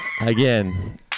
Again